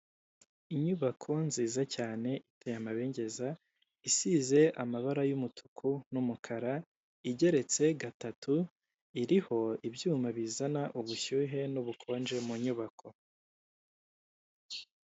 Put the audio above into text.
Inyubako nziza cyane iteye amabengeza isize amabara y'umutuku n'umukara igeretse gatatu iriho ibyuma bizana ubushyuhe n'ubukonje mu nyubako.